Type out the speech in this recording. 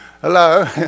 Hello